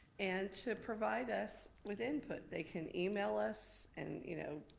and to provide us with input. they can email us, and you know,